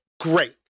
great